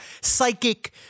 psychic